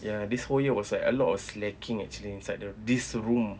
ya this whole year was like a lot of slacking actually inside this room